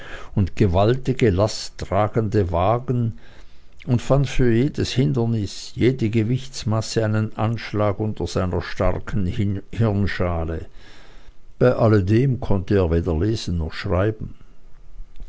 und gewaltige lasttragende wagen und fand für jedes hindernis jede gewichtmasse einen anschlag unter seiner starken hirnschale bei alledem konnte er weder lesen noch schreiben